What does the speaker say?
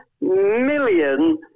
million